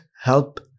help